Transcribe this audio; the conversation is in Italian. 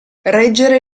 reggere